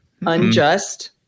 unjust